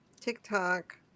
TikTok